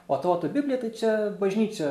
o tavo ta biblija tai čia bažnyčia